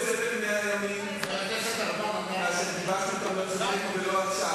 חבר הכנסת ארדן, אתה לא משמש בתפקידך הקודם.